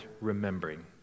remembering